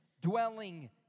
dwelling